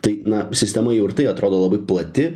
tai na sistema jau ir tai atrodo labai plati